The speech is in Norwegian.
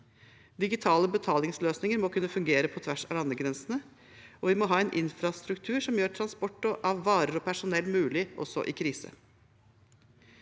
Digitale betalingsløsninger må kunne fungere på tvers av landegrensene, og vi må ha en infrastruktur som gjør transport av varer og personell mulig også i krise.